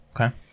Okay